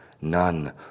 None